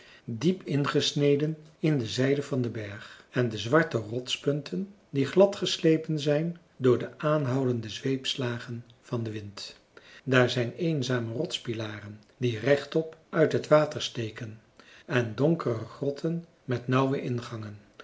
diep ingesneden in de zijden van den berg en zwarte rotspunten die gladgeslepen zijn door de aanhoudende zweepslagen van den wind daar zijn eenzame rotspilaren die rechtop uit het water steken en donkere grotten met nauwe ingangen